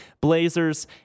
Blazers